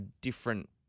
different